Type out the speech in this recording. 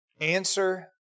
answer